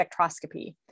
spectroscopy